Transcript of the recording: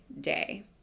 day